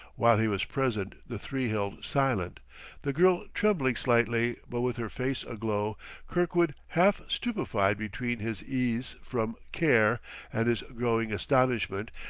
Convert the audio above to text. while he was present the three held silent the girl trembling slightly, but with her face aglow kirkwood half stupefied between his ease from care and his growing astonishment,